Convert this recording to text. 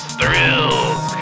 thrills